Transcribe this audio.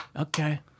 Okay